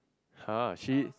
!huh! she